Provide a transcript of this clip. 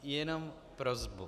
Jenom prosbu.